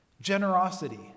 Generosity